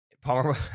palmer